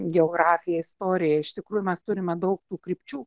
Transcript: geografija istorija iš tikrųjų mes turime daug tų krypčių